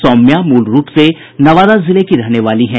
सौम्या मूल रूप से नवादा जिले की रहने वाली हैं